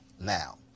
now